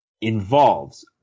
involves